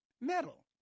Metal